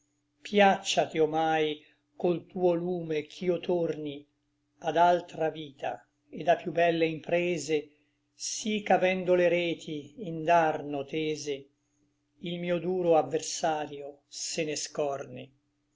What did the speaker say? adorni piacciati omai col tuo lume ch'io torni ad altra vita et a piú belle imprese sí ch'avendo le reti indarno tese il mio duro adversario se ne scorni